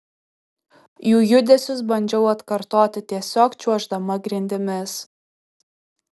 jų judesius bandžiau atkartoti tiesiog čiuoždama grindimis